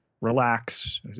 relax